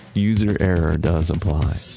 user error does apply.